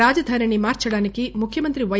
రాజధానిని మార్సడానికి ముఖ్యమంత్రి పై